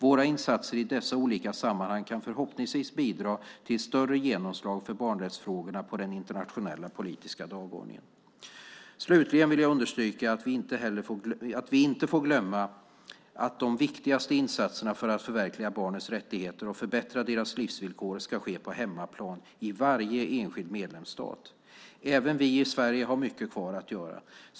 Våra insatser i dessa olika sammanhang kan förhoppningsvis bidra till större genomslag för barnrättsfrågorna på den internationella politiska dagordningen. Slutligen vill jag understryka att vi inte får glömma att de viktigaste insatserna för att förverkliga barnens rättigheter och förbättra deras livsvillkor ska ske på hemmaplan, i varje enskild medlemsstat. Även vi i Sverige har mycket kvar att göra.